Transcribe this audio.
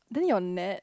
then your net